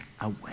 away